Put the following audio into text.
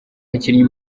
abakinnyi